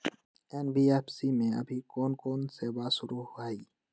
NBFC में अभी कोन कोन सेवा शुरु हई?